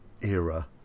era